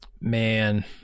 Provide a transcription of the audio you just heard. man